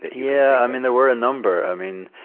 yeah, i mean there were a number, i mean,